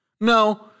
no